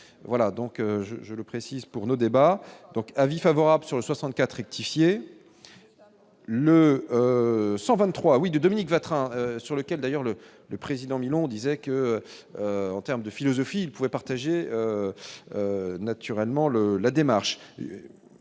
voilà donc je je le précise pour nos débats, donc avis favorable sur le 64 identifié le 123 oui Dominique Vatrin sur lequel d'ailleurs le le président Milan disait que, en termes de philosophie, il pouvait partager naturellement le la démarche